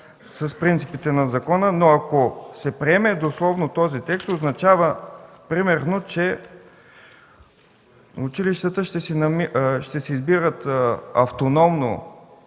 с принципите на закона. Ако се приеме дословно този текст, означава, примерно, че училищата ще си избират автономно